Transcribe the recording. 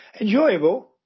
Enjoyable